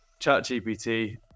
ChatGPT